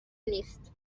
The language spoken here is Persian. نیست